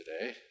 today